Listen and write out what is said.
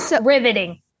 Riveting